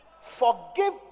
Forgive